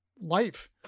life